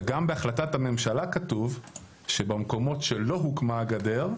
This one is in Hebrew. בהחלטת הממשלה כתוב גם שבמקומות שלא הוקמה הגדר,